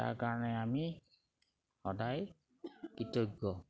তাৰ কাৰণে আমি সদায় কৃতজ্ঞ